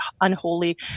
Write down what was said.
unholy